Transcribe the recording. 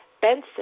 Benson